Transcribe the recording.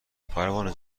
پروانه